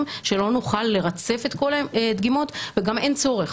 שלא נוכל לרצף את כל הדגימות וגם אין צורך.